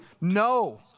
no